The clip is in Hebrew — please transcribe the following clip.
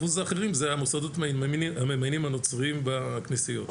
20% האחרים הם המוסדות הממיינים הנוצרים והכנסיות.